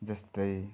जस्तै